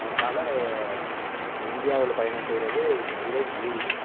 அதனால் இந்தியாவில் பயணம் செய்கிறது விலை மலிவு தான்